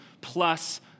plus